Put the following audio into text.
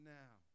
now